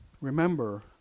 Remember